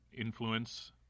influence